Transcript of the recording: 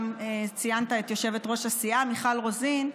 וגם ציינת יושבת-ראש הסיעה מיכל רוזין,